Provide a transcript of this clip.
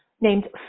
named